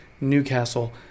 Newcastle